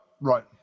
right